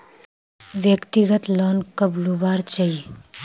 व्यक्तिगत लोन कब लुबार चही?